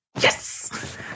Yes